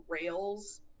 rails